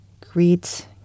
Greet